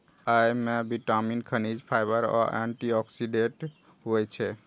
अय मे विटामिन, खनिज, फाइबर आ एंटी ऑक्सीडेंट होइ छै